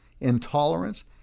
intolerance